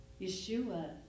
Yeshua